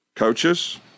Coaches